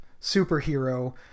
superhero